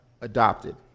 adopted